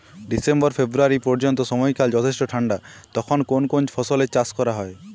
December ফেব্রুয়ারি পর্যন্ত সময়কাল যথেষ্ট ঠান্ডা তখন কোন কোন ফসলের চাষ করা হয়?